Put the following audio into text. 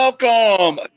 Welcome